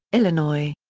illinois.